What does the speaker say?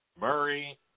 Murray